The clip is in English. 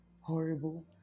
horrible